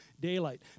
daylight